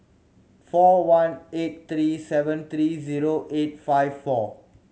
four one eight three seven three zero eight five four